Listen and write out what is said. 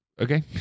Okay